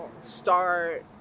start